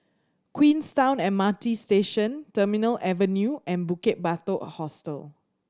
Queenstown M R T Station Terminal Avenue and Bukit Batok Hostel